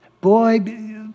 boy